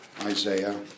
Isaiah